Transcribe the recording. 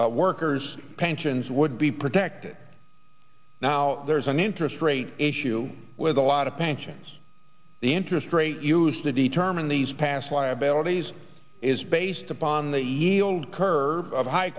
years workers pensions would be protected now there's an interest rate issue with a lot of pensions the interest rate used to determine these past liabilities is based upon the yield curve of high